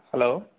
hello